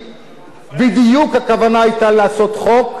בדיוק הכוונה היתה לעשות חוק שעל פני